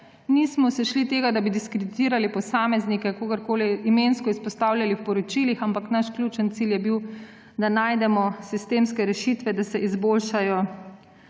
Nismo se šli tega, da bi diskreditirali posameznike ali kadarkoli imensko izpostavljali v poročilih, ampak naš ključen cilj je bil, da najdemo sistemske rešitve, da se izboljšajo